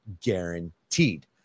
guaranteed